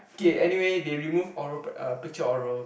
okay anyway they removed oral uh picture oral